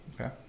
okay